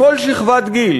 בכל שכבת גיל,